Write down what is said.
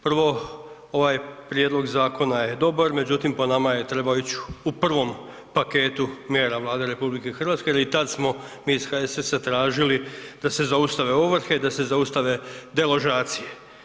Prvo, ovaj prijedlog zakona je dobar, međutim, po nama je trebao ić u prvom paketu mjera Vlade RH jer i tad smo mi iz HSS-a tražili da se zaustave ovrhe, da se zaustave deložacije.